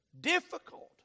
difficult